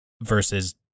versus